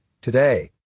today